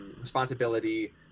responsibility